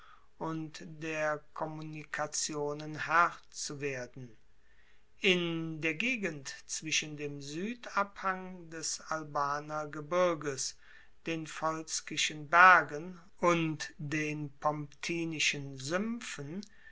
und der kommunikationen herr zu werden in der gegend zwischen dem suedabhang des albaner gebirges den volskischen bergen und den pomptinischen suempfen